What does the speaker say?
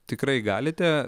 tikrai galite